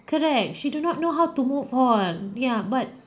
correct she do not know how to move on ya but